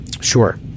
Sure